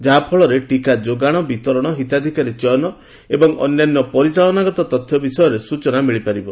ଯାହାଫଳରେ ଟିକା ଯୋଗାଣ ବିତରଣ ହିତାଧିକାରୀ ଚୟନ ଏବଂ ଅନ୍ୟାନ୍ୟ ପରିଚାଳନାଗତ ତଥ୍ୟ ବିଷୟରେ ସ୍ୱଚନା ମିଳିପାରିବ